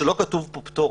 והיא שלא כתוב פה "פטור",